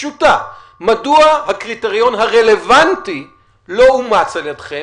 מדוע הקריטריון הרלוונטי לא אומץ על ידיכם